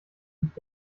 gibt